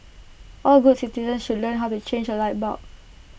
all good citizens should learn how to change A light bulb